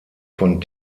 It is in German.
von